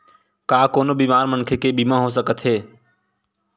का कोनो बीमार मनखे के बीमा हो सकत हे?